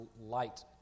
light